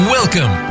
Welcome